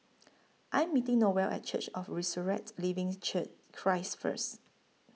I Am meeting Noelle At Church of The Resurrected Living Christ First